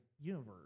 universe